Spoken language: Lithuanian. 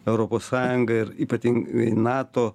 europos sąjungą ir ypatingai nato